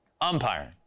Umpiring